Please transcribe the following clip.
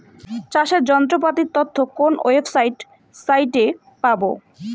চাষের যন্ত্রপাতির তথ্য কোন ওয়েবসাইট সাইটে পাব?